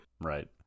Right